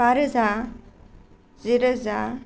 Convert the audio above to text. बा रोजा जि रोजा